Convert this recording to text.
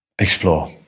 Explore